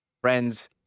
friends